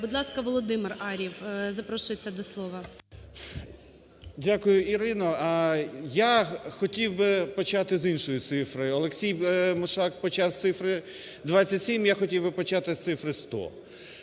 Будь ласка, Володимир Ар'єв запрошується до слова. 11:37:45 АР’ЄВ В.І. Дякую, Ірина. Я хотів би почати з іншої цифри. Олексій Мушак почав з цифри 27, я хотів би почати з цифри 100.